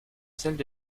celles